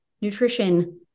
nutrition